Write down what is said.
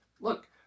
look